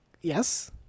Yes